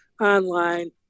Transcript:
online